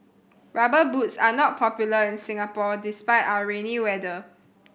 Rubber Boots are not popular in Singapore despite our rainy weather